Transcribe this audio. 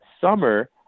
summer